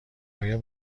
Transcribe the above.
آیا